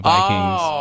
Vikings